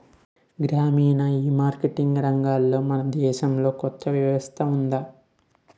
గ్రామీణ ఈమార్కెటింగ్ రంగంలో మన దేశంలో కొత్త వ్యవస్థ ఉందా?